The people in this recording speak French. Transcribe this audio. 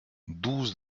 douze